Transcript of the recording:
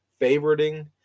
favoriting